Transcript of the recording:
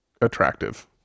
attractive